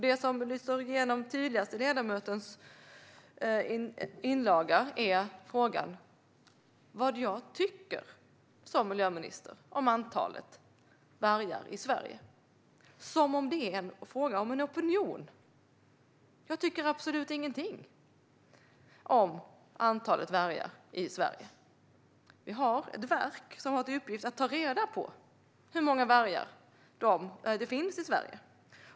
Det som lyser igenom tydligast i ledamotens inlaga är frågan vad jag som miljöminister tycker om antalet vargar i Sverige - som om det vore en fråga om opinion. Jag tycker absolut ingenting om antalet vargar i Sverige. Vi har ett verk som har till uppgift att ta reda på hur många vargar det finns i Sverige.